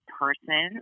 person